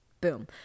Boom